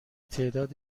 تعداد